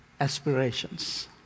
aspirations